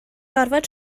gorfod